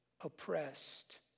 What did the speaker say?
Oppressed